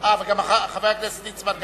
חבר הכנסת ליצמן נכנס.